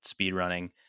speedrunning